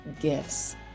gifts